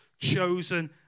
chosen